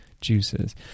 Juices